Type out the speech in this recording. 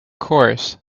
course